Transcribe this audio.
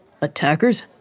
Attackers